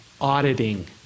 auditing